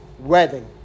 wedding